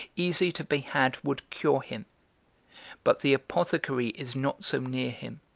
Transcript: easy to be had, would cure him but the apothecary is not so near him,